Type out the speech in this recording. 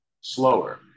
slower